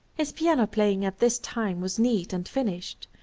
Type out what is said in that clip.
his piano playing at this time was neat and finished,